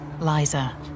Liza